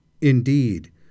Indeed